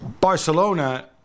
Barcelona